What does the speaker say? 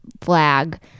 flag